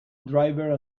driver